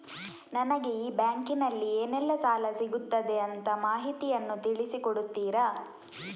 ನನಗೆ ಈ ಬ್ಯಾಂಕಿನಲ್ಲಿ ಏನೆಲ್ಲಾ ಸಾಲ ಸಿಗುತ್ತದೆ ಅಂತ ಮಾಹಿತಿಯನ್ನು ತಿಳಿಸಿ ಕೊಡುತ್ತೀರಾ?